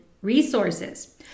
resources